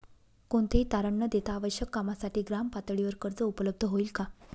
कोणतेही तारण न देता आवश्यक कामासाठी ग्रामपातळीवर कर्ज उपलब्ध होईल का?